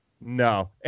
no